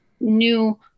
new